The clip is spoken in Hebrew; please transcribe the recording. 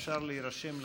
אפשר להירשם לשאלות.